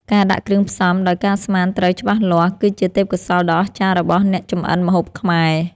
ការដាក់គ្រឿងផ្សំដោយការស្មានត្រូវច្បាស់លាស់ គឺជាទេពកោសល្យដ៏អស្ចារ្យរបស់អ្នកចម្អិនម្ហូបខ្មែរ។